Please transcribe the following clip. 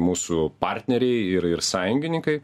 mūsų partneriai ir ir sąjungininkai